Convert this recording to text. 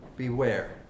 Beware